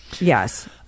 Yes